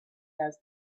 has